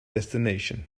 destination